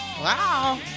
wow